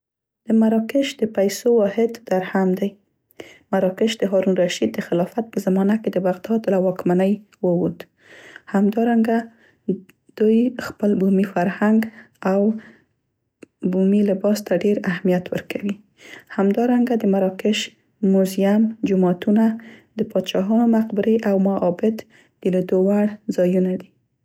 د مراکش د پیسو واحد درهم دی. دوی خپل بومي فرهنګ او بومي لباس ته ډیر اهمیت ورکوي. مراکش د هارون الرشید د خلافت په زمانه کې د بغداد له واکمنۍ ووت. همدارنګه د مراکش موزیم، جوماتونه، د پادشاهانو مقبرې او معابد د لیدو وړ ځایونه دي.